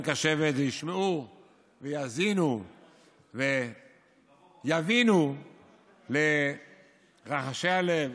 קשבת וישמעו ויאזינו ויבינו לרחשי הלב,